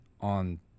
on